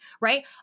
right